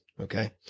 okay